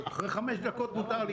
לכן, זה יהיה תירוץ קלוש.